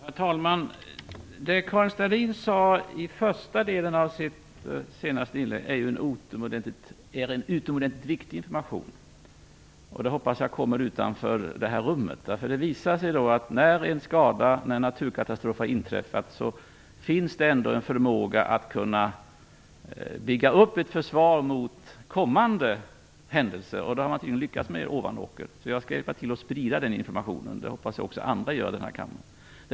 Herr talman! Det Karin Starrin sade i den första delen av sitt senaste anförande är en utomordentligt viktig information som jag hoppas når utanför det här rummet. Det visar sig att när en naturkatastrof har inträffat, så finns en förmåga att bygga upp ett försvar mot kommande händelser. Detta har man tydligen lyckats med i Ovanåker. Jag skall hjälpa till att sprida den informationen, och det hoppas jag att även andra här i kammaren gör.